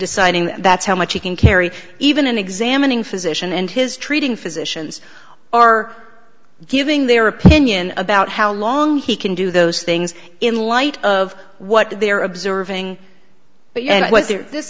deciding that's how much he can carry even in examining physician and his treating physicians are giving their opinion about how long he can do those things in light of what they are observing